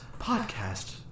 podcast